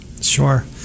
Sure